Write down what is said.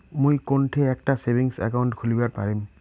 মুই কোনঠে একটা সেভিংস অ্যাকাউন্ট খুলিবার পারিম?